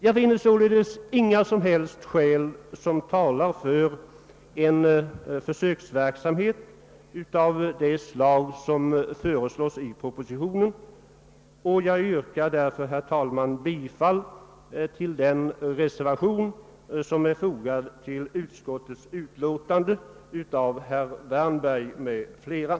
Jag finner således inga som helst skäl som talar för en försöksverksamhet av det slag som föreslås i propositionen, och jag yrkar därför, herr talman, bifall till den reservation av herr Wärnberg m.fl. som är fogad till utskottets betänkande.